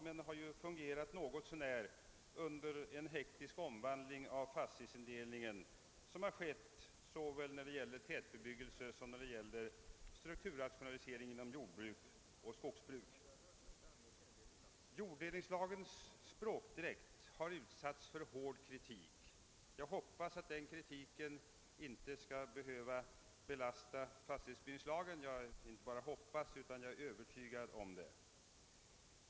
De har dock fungerat något så när under en tid av hektisk omvandling av fastighetsindelningen såväl när det gäller tätbebyggelse som strukturrationalisering inom jordbruk och skogsbruk. Jorddelningslagens språkdräkt har utsatts för hård kritik. Jag hoppas att den kritiken inte behöver belasta fastighetsbildningslagen — jag inte endast hoppas utan är övertygad om det.